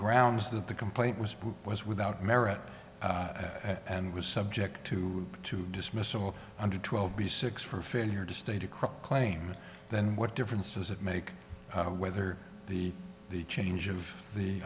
grounds that the complaint was was without merit and was subject to to dismissal under twelve b six for failure to state a crook claim then what difference does it make whether the the change of the